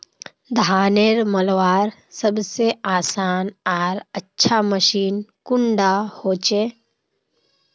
धानेर मलवार सबसे आसान आर अच्छा मशीन कुन डा होचए?